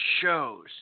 shows